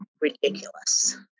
ridiculous